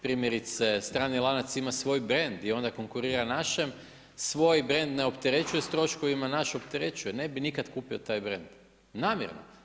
Primjerice strani lanac ima svoj brend i onda konkurira našem, svoj brend ne opterećuje s troškovima, naš opterećuje, ne bih nikad kupio taj brend, namjerno.